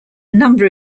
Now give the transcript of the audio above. number